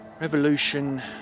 Revolution